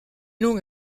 longue